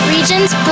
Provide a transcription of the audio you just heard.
Regions